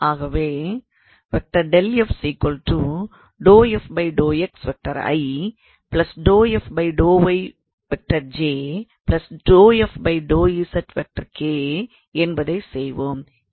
ஆகவே என்பதை செய்வோம்